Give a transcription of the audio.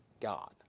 God